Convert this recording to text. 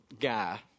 guy